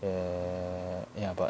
err ya but